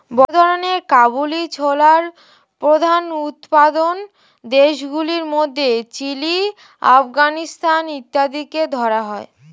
বড় ধরনের কাবুলি ছোলার প্রধান উৎপাদক দেশগুলির মধ্যে চিলি, আফগানিস্তান ইত্যাদিকে ধরা হয়